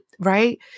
right